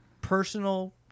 personal